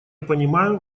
понимаю